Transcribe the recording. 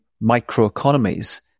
micro-economies